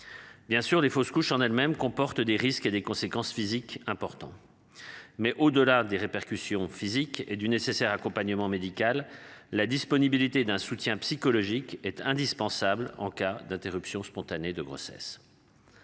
Bien sûr, des fausses couches, en elle-même comporte des risques et des conséquences physiques importants. Mais au-delà des répercussions physiques et du nécessaire accompagnement médical la disponibilité d'un soutien psychologique est indispensable en cas d'interruption spontanée de grossesse.